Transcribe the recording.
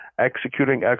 executing